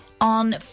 on